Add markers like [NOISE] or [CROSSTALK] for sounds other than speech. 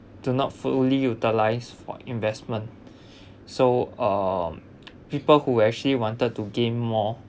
do not fully utilise for investment [BREATH] so uh [NOISE] people who actually wanted to gain more